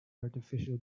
artificial